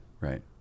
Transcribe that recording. Right